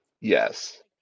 Yes